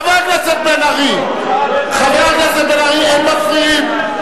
חבר הכנסת בן-ארי, אין מפריעים.